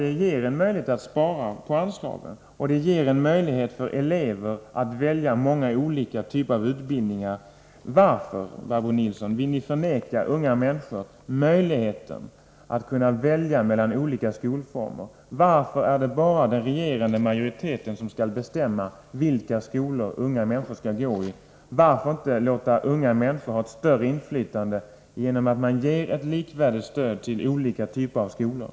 Det ges då möjlighet att spara på annat, och ungdomarna kan välja mellan många olika typer av utbildningar. Varför, Barbro Nilsson, vill ni förvägra unga människor att välja mellan olika skolformer? Varför är det bara den regerande majoriteten som skall bestämma vilka skolor unga människor skall få gå i? Varför inte låta unga människor få större inflytande genom att man ger ett likvärdigt stöd till olika typer av skolor?